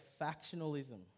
factionalism